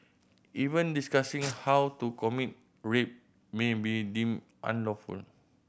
even discussing how to commit rape may be deemed unlawful